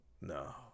No